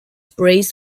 praised